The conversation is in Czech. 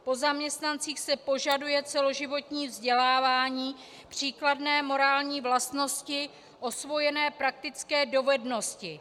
Po zaměstnancích se požaduje celoživotní vzdělávání, příkladné morální vlastnosti, osvojené praktické dovednosti.